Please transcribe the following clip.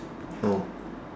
oh